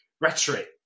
rhetoric